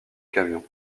camion